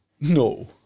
No